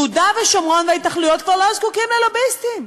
יהודה ושומרון וההתנחלויות כבר לא זקוקים ללוביסטים,